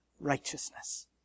righteousness